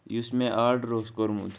یُس مےٚ آرڈر اوس کورمُت